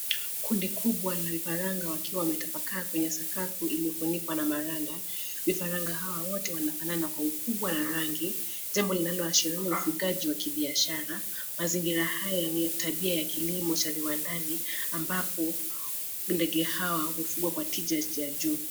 Kundi kubwa la vifaranga wakiwa wametapakaa kwenye sakafu iliyofunikwa na maranda. Vifaranga hawa wote wanafanana kwa ukubwa na rangi jambo linaloashiria ufugaji wa kibiashara. Mazingira haya ni ya tabia ya kilimo cha viwandani ambapo ndege hawa hufugwa kwa tija ya juu.